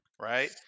Right